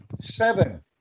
seven